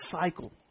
cycle